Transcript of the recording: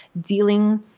dealing